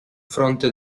fronte